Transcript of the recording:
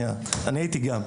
גם אני הייתי.